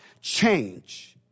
change